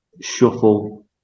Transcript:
shuffle